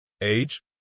Age